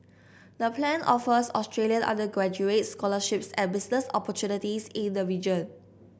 the plan offers Australian undergraduates scholarships and business opportunities in the region